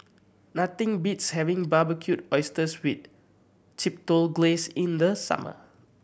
nothing beats having Barbecued Oysters wit Chipotle Glaze in the summer